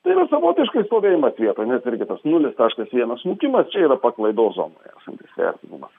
tai yra savotiškai stovėjimas vietoj nes irgi tas nulis taškas vienas smukimas čia yra paklaidos zonoje esantis vertinimas